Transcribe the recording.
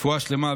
רפואה שלמה,